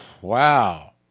Wow